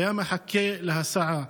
חיכה להסעה.